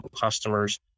customers